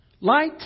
light